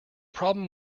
problem